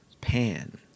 Pan